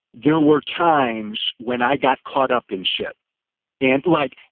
there were times when i got caught up in shit and like.